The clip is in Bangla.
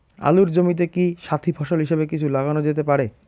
আলুর জমিতে কি সাথি ফসল হিসাবে কিছু লাগানো যেতে পারে?